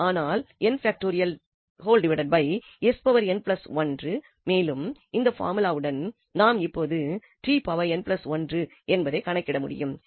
ஆனால் மேலும் இந்த பார்முலாவுடன் நாம் இப்பொழுது என்பதை கணக்கிட முடியும்